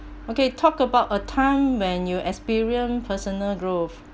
okay talk about a time when you experience personal growth